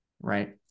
Right